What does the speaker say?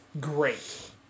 great